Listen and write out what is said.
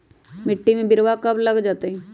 मिट्टी में बिरवा कब लगवल जयतई?